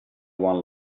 one